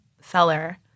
seller